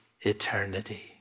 eternity